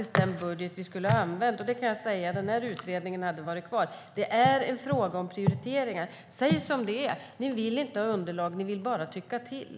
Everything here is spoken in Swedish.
Vi lade den budget vi skulle ha använt, och den här utredningen skulle ha varit kvar. Det är en fråga om prioriteringar. Säg som det är! Ni vill inte ha underlag. Ni vill bara tycka till.